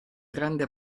grande